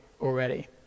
already